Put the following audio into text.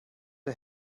der